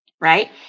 Right